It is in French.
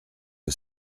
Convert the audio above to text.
que